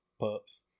pups